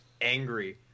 angry